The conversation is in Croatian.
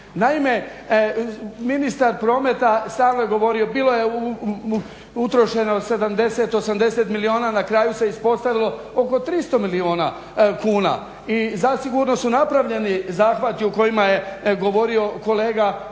Naime, ministar prometa stalno je govorio bilo je utrošeno 70, 80 milijuna. Na kraju se ispostavilo oko 300 milijuna kuna. I zasigurno su napravljeni zahvati o kojima je govorio kolega Đakić.